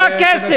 איפה הכסף?